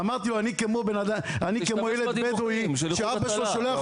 אמרתי לו שאני כמו ילד בדואי שאבא שלו שולח